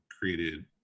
created